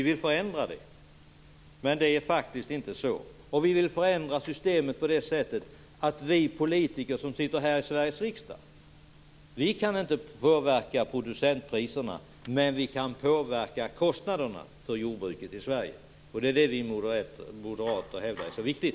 Vi vill förändra det. Vi politiker i Sveriges riksdag kan inte påverka producentpriserna. Däremot kan vi påverka kostnaderna för jordbruket i Sverige. Det är det som vi moderater hävdar är så viktigt.